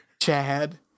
Chad